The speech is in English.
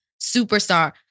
superstar